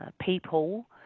people